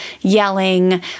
yelling